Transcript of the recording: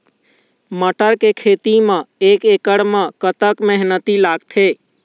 मटर के खेती म एक एकड़ म कतक मेहनती लागथे?